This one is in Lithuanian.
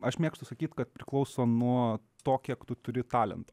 aš mėgstu sakyt kad priklauso nuo to kiek tu turi talento